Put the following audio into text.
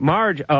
Marge